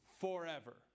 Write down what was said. forever